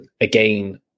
again